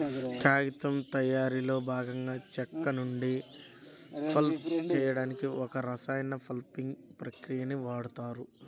కాగితం తయారీలో భాగంగా చెక్క నుండి పల్ప్ చేయడానికి ఒక రసాయన పల్పింగ్ ప్రక్రియని వాడుతారు